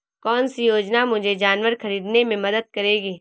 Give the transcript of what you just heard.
कौन सी योजना मुझे जानवर ख़रीदने में मदद करेगी?